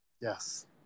Yes